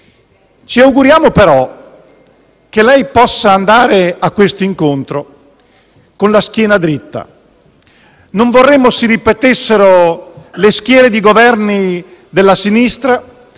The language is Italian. Ci auguriamo però che lei possa andare a quell'incontro con la schiena dritta. Non vorremmo si ripetessero le schiere di Governi della sinistra,